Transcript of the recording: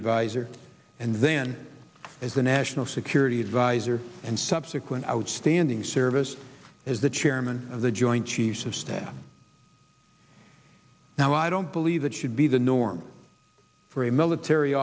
advisor and then as the national security advisor and subsequent outstanding service as the chairman of the joint chiefs of staff now i don't believe that should be the norm for a military